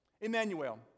Emmanuel